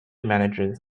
managers